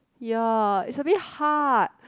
ya it's a bit hard